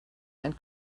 and